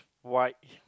white